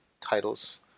titles